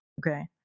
okay